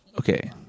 Okay